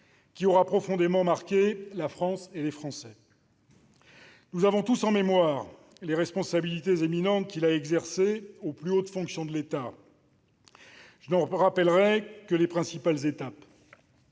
qui aura profondément marqué la France et les Français. Nous avons tous en mémoire les responsabilités éminentes qu'il a exercées aux plus hautes fonctions de l'État. Je n'en rappellerai que les principales étapes.